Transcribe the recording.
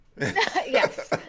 Yes